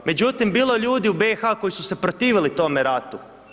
Međutim, bilo je ljudi u BiH koji su se protivili tome ratu.